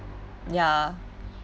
ya